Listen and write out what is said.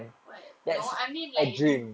what no I mean like